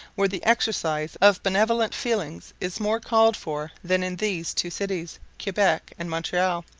where the exercise of benevolent feelings is more called for than in these two cities, quebec and montreal.